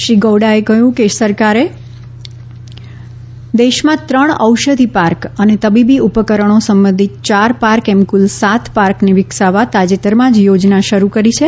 શ્રી ગૌડાએ કહ્યું કે સરકારે દેશમાં ત્રણ ઔષધિ પાર્ક અને તબીબી ઉપકરણો સંબંધિત ચાર પાર્ક એમ કુલ સાત પાર્કને વિકસાવવા તાજેતરમાં જ યોજના શરૂ કરી છે